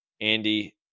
Andy